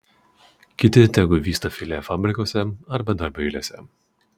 kiti tegu vysta filė fabrikuose ar bedarbių eilėse